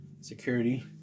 Security